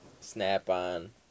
Snap-on